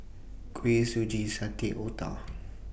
Kuih Suji Satay Otah